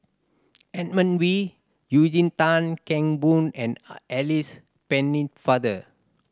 Edmund Wee Eugene Tan Kheng Boon and Alice Pennefather